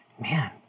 man